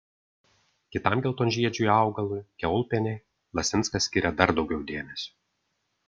kitam geltonžiedžiui augalui kiaulpienei lasinskas skiria dar daugiau dėmesio